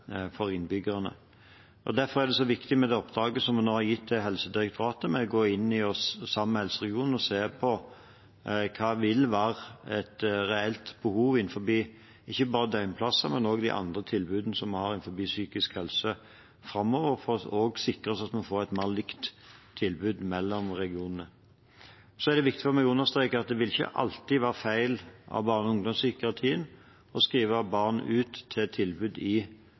innbyggerne. Derfor er det så viktig med det oppdraget som vi nå har gitt til Helsedirektoratet om å gå inn i, sammen med helseregionene, og se på hva som vil være et reelt behov ikke bare innen døgnplasser, men også de andre tilbudene vi har innenfor psykisk helse framover, for å sikre oss at vi får et mer likt tilbud mellom regionene. Så er det viktig for meg å understreke at det vil ikke alltid være feil av barne- og ungdomspsykiatrien å skrive barn ut til tilbud i